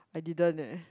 I didn't leh